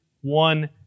one